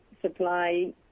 supply